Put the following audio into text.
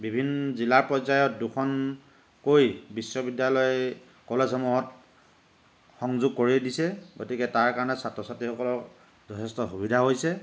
বিভিন্ন জিলা পৰ্য্যায়ত দুখনকৈ বিশ্ববিদ্যালয় কলেজসমূহত সংযোগ কৰি দিছে গতিকে তাৰকাৰণে ছাত্ৰ ছাত্ৰীসকলৰ যথেষ্ট সুবিধা হৈছে